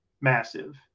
massive